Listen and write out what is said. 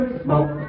smoke